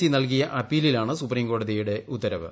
E നൽകിയ അപ്പീലിലാണ് സുപ്രീംകോടതിയുടെ ഉത്തരവ്